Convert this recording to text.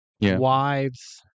wives